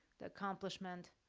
the accomplishment,